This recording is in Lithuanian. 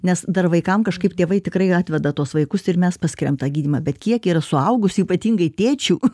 nes dar vaikam kažkaip tėvai tikrai atveda tuos vaikus ir mes paskiriam tą gydymą bet kiek yra suaugusių ypatingai tėčių